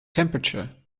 temperature